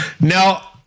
Now